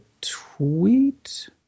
tweet